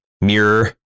Mirror